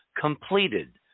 completed